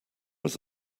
was